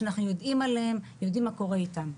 שאנחנו יודעים עליהם ויודעים מה קורה איתם.